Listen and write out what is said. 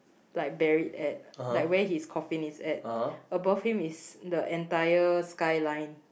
like buried at like where his coffin is at above him is the entire skyline